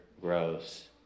grows